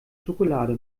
schokolade